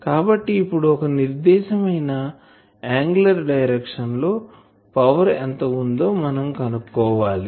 కాబట్టి ఇప్పుడు ఒక నిర్దేశకమైన యాంగులర్ డైరెక్షన్ లో పవర్ ఎంత ఉందో మనం కనుక్కోవాలి